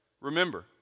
Remember